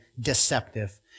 deceptive